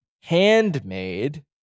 handmade